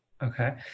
Okay